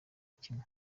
kimwe